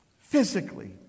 physically